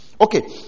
okay